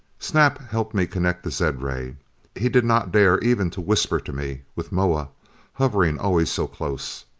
snap helped me connect the zed-ray. he did not dare even to whisper to me, with moa hovering always so close.